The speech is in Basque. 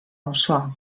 osoa